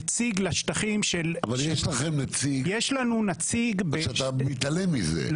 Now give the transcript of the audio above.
נציג לשטחים --- אבל יש לכם נציג שאתה מתעלם מזה,